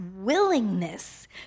willingness